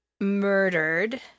murdered